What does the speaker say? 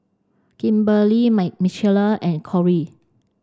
Kimberlie Michaela and Kory